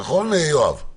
נכון, יואב?